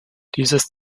dieses